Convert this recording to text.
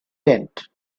tent